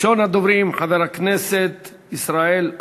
מס' 3334,